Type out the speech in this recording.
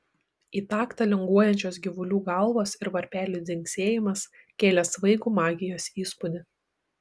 į taktą linguojančios gyvulių galvos ir varpelių dzingsėjimas kėlė svaigų magijos įspūdį